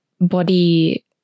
body